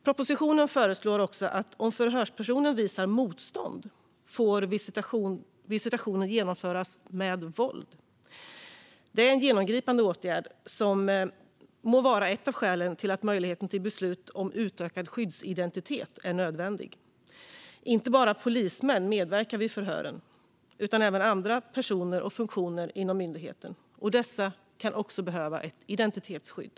Propositionen föreslår också att om förhörspersonen visar motstånd får visitationen genomföras med våld. Det är en genomgripande åtgärd som må vara ett av skälen till att möjligheten till beslut om utökad skyddsidentitet är nödvändig. Inte bara polismän medverkar vid förhören utan även andra personer och funktioner inom myndigheten. Dessa kan också behöva ett identitetsskydd.